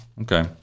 Okay